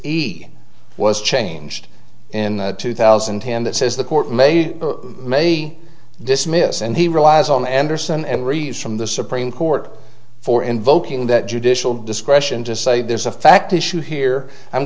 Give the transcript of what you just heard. he was changed in two thousand and ten that says the court may or may dismiss and he relies on anderson and reads from the supreme court for invoking that judicial discretion just say there's a fact issue here i'm